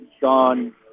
gone